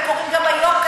והם קורים גם היום,